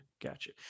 Gotcha